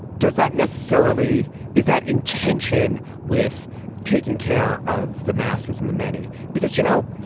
does that necessarily is that intention with taking care of the masses and the many? because, you know,